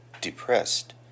depressed